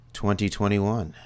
2021